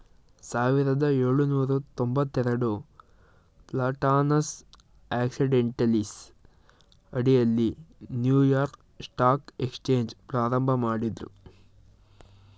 ಸಾವಿರದ ಏಳುನೂರ ತೊಂಬತ್ತಎರಡು ಪ್ಲಾಟಾನಸ್ ಆಕ್ಸಿಡೆಂಟಲೀಸ್ ಅಡಿಯಲ್ಲಿ ನ್ಯೂಯಾರ್ಕ್ ಸ್ಟಾಕ್ ಎಕ್ಸ್ಚೇಂಜ್ ಪ್ರಾರಂಭಮಾಡಿದ್ರು